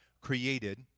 created